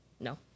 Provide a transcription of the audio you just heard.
No